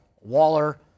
Waller